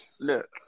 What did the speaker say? Look